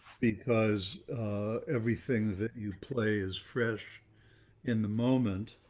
because everything that you play is fresh in the moment,